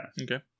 Okay